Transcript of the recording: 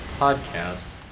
podcast